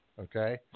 okay